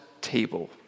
table